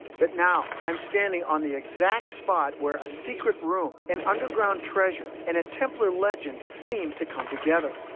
but now i'm standing on the exact spot where a secret room, an underground treasure and a templar legend seem to come together.